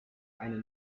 eine